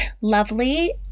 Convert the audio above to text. lovely